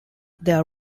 their